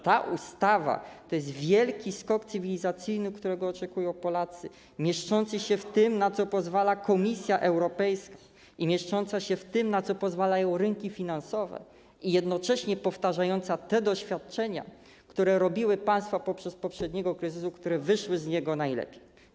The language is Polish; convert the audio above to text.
Ta ustawa to jest wielki skok cywilizacyjny, którego oczekują Polacy, mieszczący się w tym, na co pozwala Komisja Europejska, i mieszczący się w tym, na co pozwalają rynki finansowe, i jednocześnie powtarzający te doświadczenia, które miały państwa w związku z poprzednim kryzysem, które wyszły z niego najlepiej.